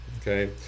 Okay